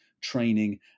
training